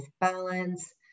balance